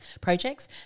projects